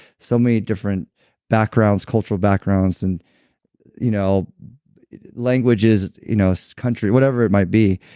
so many different backgrounds, cultural backgrounds, and you know languages, you know so country whatever it might be,